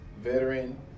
veteran